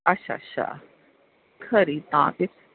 अच्छा अच्छा खरी तां फ्ही